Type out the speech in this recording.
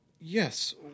Yes